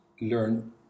learn